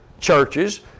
churches